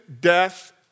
death